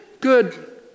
Good